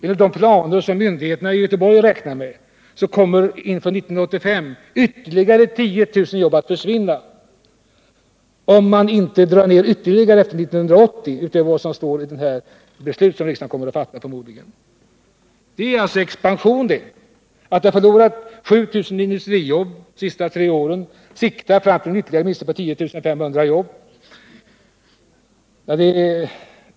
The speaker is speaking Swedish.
Enligt de planer som myndigheterna i Göteborg räknar med kommer fram till 1985 ytterligare 10 000 jobb att försvinna, om man inte drar ner ytterligare på varven efter 1980. Enligt Nils Åsling är det alltså expansion att vi har förlorat 7000 industrijobb de senaste tre åren och har framför oss en ytterligare förlust av 10 000 jobb.